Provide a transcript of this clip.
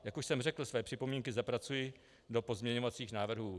Jak už jsem řekl, své připomínky zapracuji do pozměňovacích návrhů.